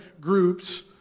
groups